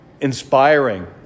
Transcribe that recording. inspiring